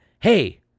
Hey